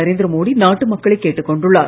நரேந்திரமோடி நாட்டு மக்களை கேட்டுக் கொண்டுள்ளார்